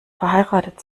verheiratet